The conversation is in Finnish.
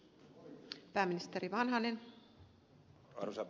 arvoisa puhemies